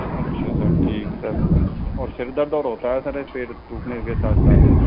अच्छा सर ठीक सर और सिर दर्द और होता है सर इस पेड़ दुखने के साथ साथ में